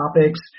topics